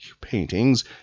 paintings